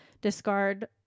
discard